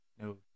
No